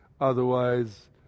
Otherwise